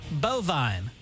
bovine